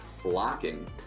blocking